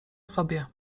sobie